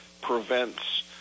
prevents